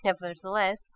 nevertheless